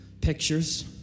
pictures